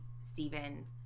Stephen